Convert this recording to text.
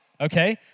okay